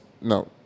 no